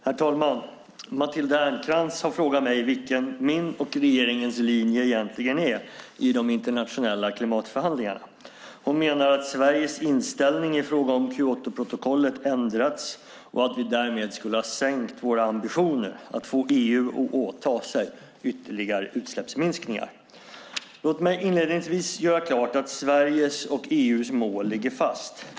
Herr talman! Matilda Ernkrans har frågat mig vilken min och regeringens linje egentligen är i de internationella klimatförhandlingarna. Hon menar att Sveriges inställning i fråga om Kyotoprotokollet ändrats och att vi därmed skulle ha sänkt våra ambitioner att få EU att åta sig ytterligare utsläppsminskningar. Låt mig inledningsvis göra klart att Sveriges och EU:s mål ligger fast.